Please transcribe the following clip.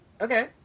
Okay